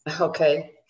Okay